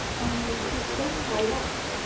only he's so tied up!